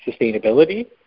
sustainability